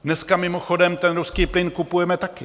Dneska mimochodem ruský plyn kupujeme taky.